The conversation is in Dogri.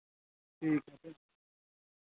ठीक